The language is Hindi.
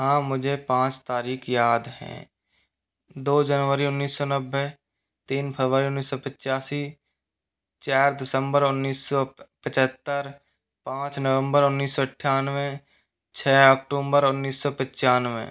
हाँ मुझे पाँच तारिख याद हैं दो जनवरी उन्नीस सौ नब्बे तीन फरवरी उन्नीस सौ पचासी चार दिसम्बर उन्नीस सौ पचहत्तर पाँच नवंबर उन्नीस सौ अठानवे छः अकटूम्बर उन्नीस सौ पिच्यानवे